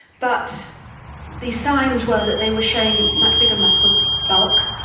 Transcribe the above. but the signs were that they were showing much bigger muscle bulk,